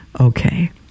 Okay